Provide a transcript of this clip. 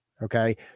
Okay